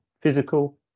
physical